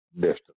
distance